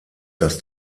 dass